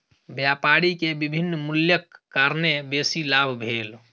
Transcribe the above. व्यापारी के विभिन्न मूल्यक कारणेँ बेसी लाभ भेल